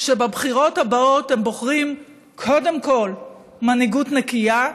שבבחירות הבאות הם בוחרים קודם כול מנהיגות נקייה,